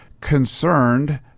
concerned